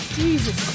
jesus